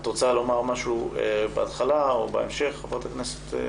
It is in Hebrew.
את רוצה לומר משהו בהתחלה או בהמשך, חברת הכנסת?